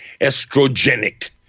estrogenic